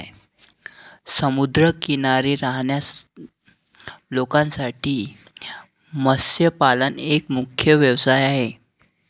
समुद्र किनारी राहणाऱ्या लोकांसाठी मत्स्यपालन एक मुख्य व्यवसाय आहे